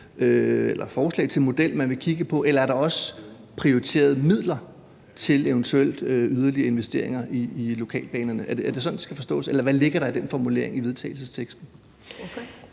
er det forslag til en model, som man vil kigge på, eller er der også prioriteret midler til eventuelle yderligere investeringer i lokalbanerne? Er det sådan, det skal forstås, eller hvad ligger der i den formulering i vedtagelsesteksten?